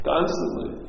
Constantly